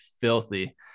filthy